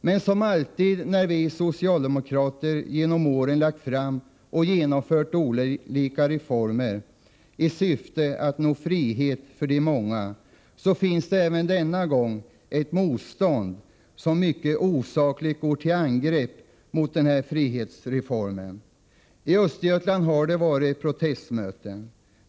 Men som alltid när vi socialdemokrater genom åren lagt fram och genomfört olika reformer i syfte att nå frihet för de många, finns det även denna gång motståndare som mycket osakligt går till angrepp mot denna frihetsreform. I Östergötland har det varit protestmöten.